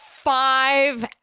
Five